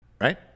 Right